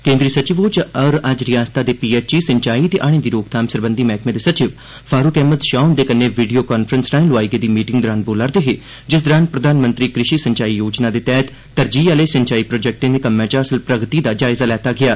केन्द्री सचिव होर अज्ज रिआसता दे पीएचई सिंचाई ते हाड़ें दी रोकथाम सरबंधी मैहकमे दे सचिव फारूक अहमद शाह हुंदे कन्नै वीडियो काफ्रेंस राए लोआई गेदी मीटिंग दौरान बोला रदे हे जिस दरान प्रधानमंत्री कृषि सिंचाई योजना दे तैहत तरजीह् आह्ले सिंचाई प्रोजेक्टें दे कम्में च हासल प्रगति दा जायजा लैत्ता गेआ